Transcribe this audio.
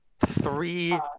three